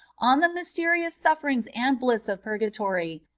on the mysterious sufierings and bliss of purgatory,